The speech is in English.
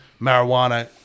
marijuana